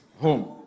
home